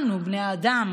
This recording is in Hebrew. אנו בני האדם,